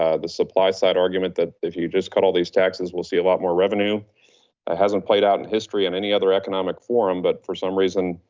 the supply side argument, that if you just cut all these taxes, we'll see a lot more revenue, it hasn't played out in history in any other economic forum. but for some reason,